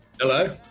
Hello